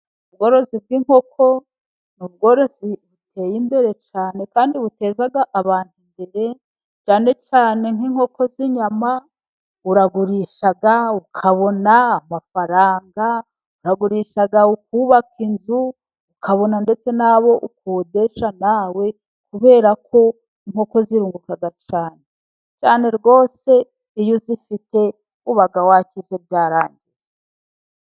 Ubworozi bw'inkoko ni ubworozi buteye imbere cyane kandi buteza abantu imbere cyane cyane nk'inkoko z'inyama. Uragurisha ukabona amafaranga, uragurisha ukubaka inzu, ukabona ndetse n'abo ukodesha nawe, kubera ko inkoko zirunguka cyane. Rwose iyo uzifite uba wakize byarangiye.